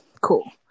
Cool